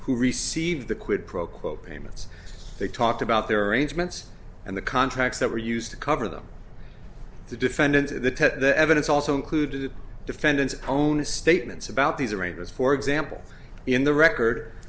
who received the quid pro quo payments they talked about their arrangements and the contracts that were used to cover them the defendant the test the evidence also included the defendant's own statements about these arrangements for example in the record